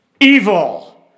evil